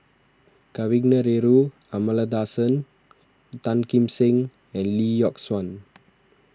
Kavignareru Amallathasan Tan Kim Seng and Lee Yock Suan